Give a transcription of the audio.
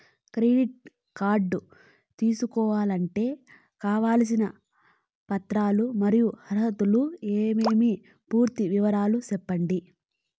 Credit card తీసుకోవాలంటే కావాల్సిన పత్రాలు మరియు అర్హతలు ఏమేమి పూర్తి వివరాలు సెప్పండి?